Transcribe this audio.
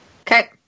Okay